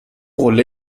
قله